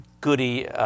goody